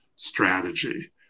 strategy